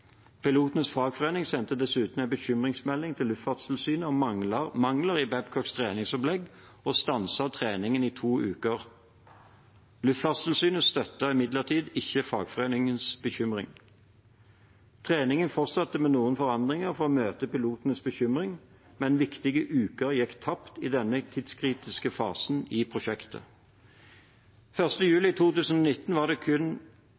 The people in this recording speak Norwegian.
Pilotenes fagforening sendte dessuten en bekymringsmelding til Luftfartstilsynet om mangler i Babcocks treningsopplegg og stanset treningen i to uker. Luftfartstilsynet støttet imidlertid ikke fagforeningens bekymring. Treningen fortsatte med noen forandringer for å møte pilotenes bekymring, men viktige uker gikk tapt i denne tidskritiske fasen av prosjektet. 1. juli 2019 var kun